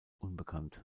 unbekannt